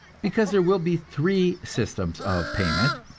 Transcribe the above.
because there will be three systems of payment.